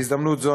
בהזדמנות זו,